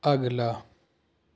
اگلا